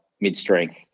mid-strength